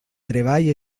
treball